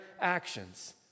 actions